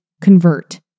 convert